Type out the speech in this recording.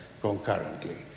concurrently